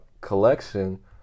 collection